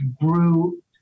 grew